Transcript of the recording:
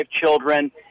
children